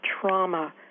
trauma